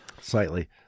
Slightly